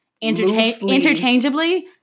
interchangeably